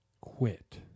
Quit